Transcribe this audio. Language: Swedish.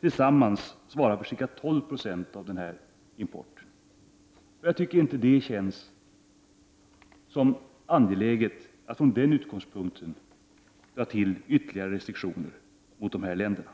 tillsammans svarar för ca 12 20 av denna import, och jag tycker inte det känns angeläget att från den utgångspunkten ta till ytterligare restriktioner mot de här länderna.